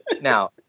now